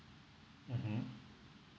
mmhmm